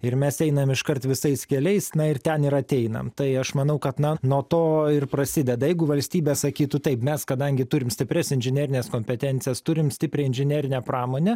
ir mes einam iškart visais keliais na ir ten yra ateinam tai aš manau kad na nuo to ir prasideda jeigu valstybė sakytų taip mes kadangi turim stiprias inžinerines kompetencijas turim stiprią inžinerinę pramonę